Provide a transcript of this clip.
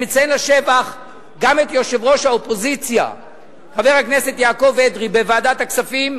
אני מציין לשבח גם את יושב-ראש האופוזיציה בוועדת הכספים,